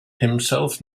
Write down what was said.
himself